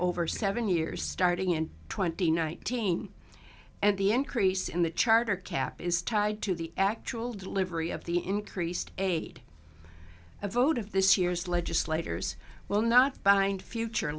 over seven years starting in twenty nineteen and the increase in the charter cap is tied to the actual delivery of the increased aid a vote of this year's legislators will not bind future